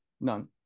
none